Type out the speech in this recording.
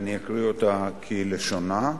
ואני אקריא אותה כלשונה.